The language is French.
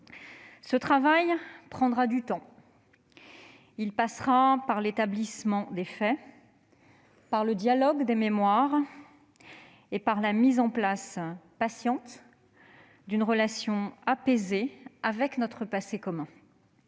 Ce travail prendra du temps. Il passera par l'établissement des faits, par le dialogue des mémoires et par la mise en place patiente d'une relation apaisée avec notre passé commun.